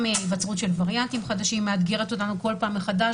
גם היווצרות של וריאנטים חדשים מאתגרת אותנו כל פעם מחדש,